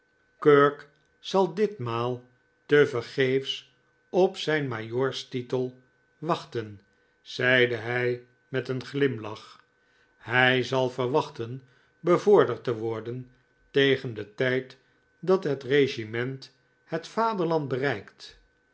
kirk zal ditmaal tevergeefs op zijn majoorstitel wachten zeide hij met een glimlach hij zal verwachten bevorderd te worden tegen den tijd dat het regiment het vaderland bereikt